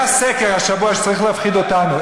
השבוע היה סקר שצריך להפחיד אותנו,